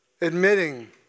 admitting